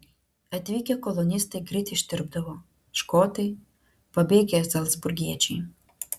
atvykę kolonistai greit ištirpdavo škotai pabėgę zalcburgiečiai